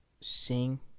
sing